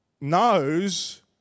knows